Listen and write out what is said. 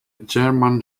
german